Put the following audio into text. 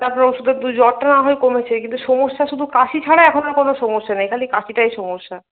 তারপরে ওষুধ জ্বরটা না হয় কমেছে কিন্তু সমস্যা শুধু এখন কাশি ছাড়া কোন সমস্যা নাই খালি কাশিটাই সমস্যা